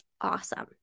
awesome